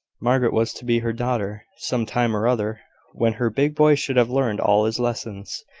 margaret was to be her daughter some time or other when her big boy should have learned all his lessons,